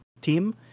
team